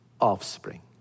offspring